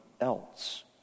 else